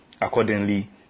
Accordingly